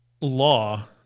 law